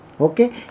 Okay